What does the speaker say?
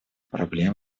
проблем